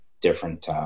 different